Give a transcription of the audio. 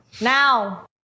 Now